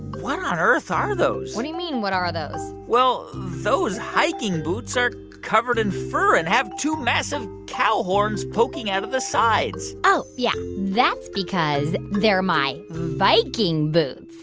what on earth are those? what do you mean, what are those? well, those hiking boots are covered in fur and have two massive cow horns poking out of the sides oh, yeah. that's because they're my viking boots